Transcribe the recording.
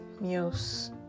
muse